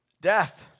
Death